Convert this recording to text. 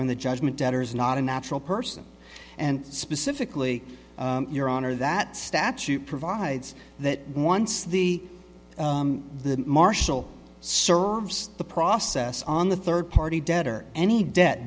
when the judgment debtors not a natural person and specifically your honor that statute provides that once the the marshal serves the process on the third party debt or any debt